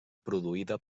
produïda